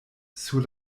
sur